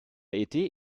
été